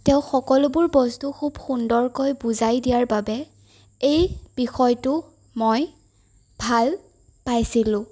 তেওঁ সকলোবোৰ বস্তু খুব সুন্দৰকৈ বুজাই দিয়াৰ বাবে এই বিষয়টো মই ভাল পাইছিলোঁ